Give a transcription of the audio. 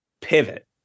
pivot